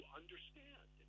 understand